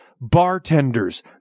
bartenders